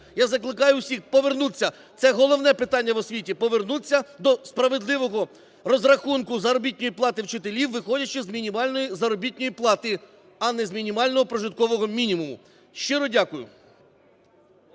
я закликаю всіх повернутися – це головне в питаннях в освіті – повернутися до справедливого розрахунку заробітної плати вчителів виходячи з мінімальної заробітної плати, а не з мінімального прожиткового мінімуму. Щиро дякую.